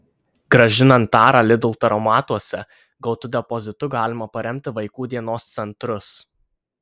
grąžinant tarą lidl taromatuose gautu depozitu galima paremti vaikų dienos centrus